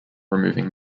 removing